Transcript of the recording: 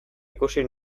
ikusi